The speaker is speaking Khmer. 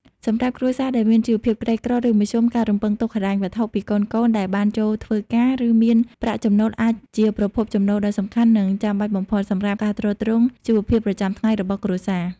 សម្រាប់គ្រួសារដែលមានជីវភាពក្រីក្រ ឬមធ្យម ការរំពឹងទុកហិរញ្ញវត្ថុពីកូនៗដែលបានចូលធ្វើការ ឬមានប្រាក់ចំណូល អាចជាប្រភពចំណូលដ៏សំខាន់ និងចាំបាច់បំផុតសម្រាប់ការទ្រទ្រង់ជីវភាពប្រចាំថ្ងៃរបស់គ្រួសារ។